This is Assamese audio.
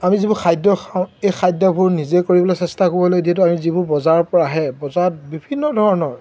আমি যিবোৰ খাদ্য খাওঁ এই খাদ্যবোৰ নিজে কৰিবলৈ চেষ্টা কৰিবলৈ যিহেতু আমি যিবোৰ বজাৰৰপৰা আহে বজাৰত বিভিন্ন ধৰণৰ